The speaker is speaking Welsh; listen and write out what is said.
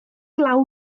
glaw